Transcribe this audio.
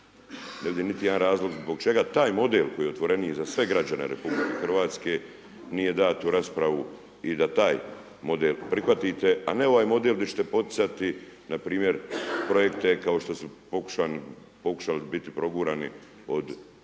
Ne vidim niti jedan razlog zbog čega taj model koji je otvoreniji za sve građane RH, nije dat u raspravu i da taj model prihvatite a ne ovaj model di ćete poticati npr. projekte kao što su pokušali biti progurani od ministrice